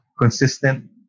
consistent